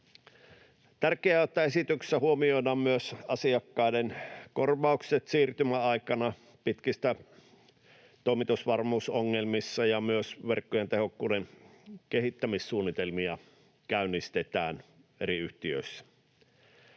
Tärkeää on, että esityksessä huomioidaan myös asiakkaiden korvaukset siirtymäaikana pitkissä toimitusvarmuusongelmissa ja myös verkkojen tehokkuuden kehittämissuunnitelmia käynnistetään eri yhtiössä.